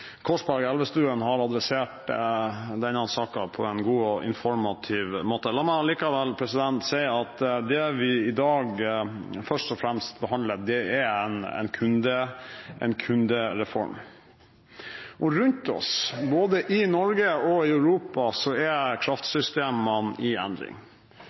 Korsberg og Elvestuen har adressert denne saken på en god og informativ måte. La meg likevel si at det vi i dag først og fremst behandler, er en kundereform. Rundt oss, både i Norge og i Europa, er kraftsystemene i endring.